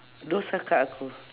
dosakah aku